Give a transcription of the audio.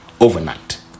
overnight